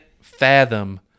fathom